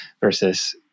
versus